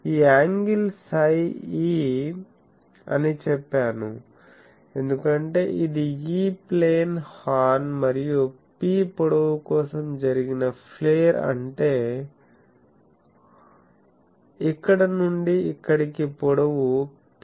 ఈ angle psi e అని చెప్పాను ఎందుకంటే ఇది E ప్లేన్ హార్న్ మరియు P పొడవు కోసం జరిగిన ఫ్లేర్ అంటే ఇక్కడ నుండి ఇక్కడికి పొడవు P